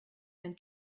sein